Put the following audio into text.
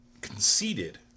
conceded